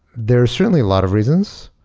there are certainly a lot of reasons.